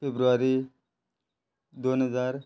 फेब्रुवारी दोन हजार